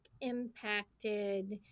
impacted